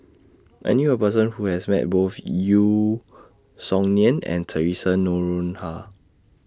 I knew A Person Who has Met Both Yeo Song Nian and Theresa Noronha